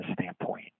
standpoint